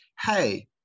hey